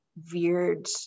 veered